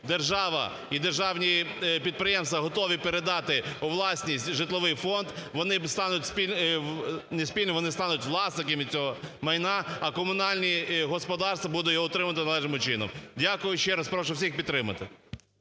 держава і державні підприємства готові передати у власність житловий фонд, вони стануть… не спільно, вони стануть власниками цього майна, а комунальні господарства будуть його утримувати належним чином. Дякую ще раз. Прошу всіх підтримати.